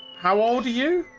how old are you?